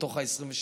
מתוך ה-22,